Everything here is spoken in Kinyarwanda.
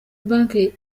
banke